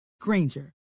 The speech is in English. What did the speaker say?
granger